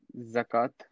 zakat